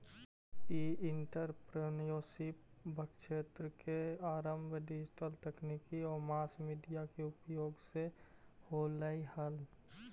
ई entrepreneurship क्क्षेत्र के आरंभ डिजिटल तकनीक आउ मास मीडिया के उपयोग से होलइ हल